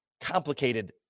complicated